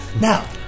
Now